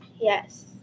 Yes